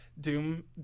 Doom